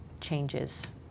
changes